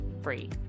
free